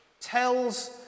tells